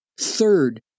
Third